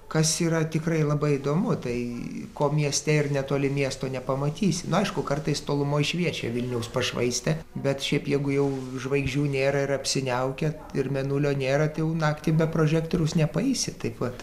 kas yra tikrai labai įdomu tai ko mieste ir netoli miesto nepamatysi na aišku kartais tolumoj šviečia vilniaus pašvaistė bet šiaip jeigu jau žvaigždžių nėra ir apsiniaukę ir mėnulio nėra tik jau naktį be prožektoriaus nepaeisi taip vat